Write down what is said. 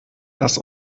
das